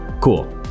cool